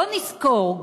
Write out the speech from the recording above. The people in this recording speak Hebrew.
בואו נזכור,